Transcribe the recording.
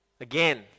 Again